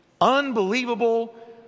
unbelievable